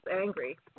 angry